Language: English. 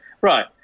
Right